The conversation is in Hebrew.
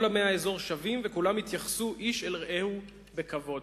כל עמי האזור שווים וכולם יתייחסו איש אל רעהו בכבוד"